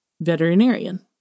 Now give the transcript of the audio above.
veterinarian